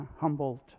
Humboldt